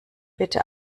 bitte